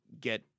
get